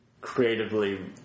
creatively